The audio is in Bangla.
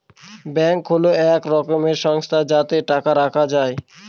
ব্যাঙ্ক হল এক রকমের সংস্থা যাতে টাকা রাখা যায়